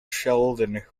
sheldon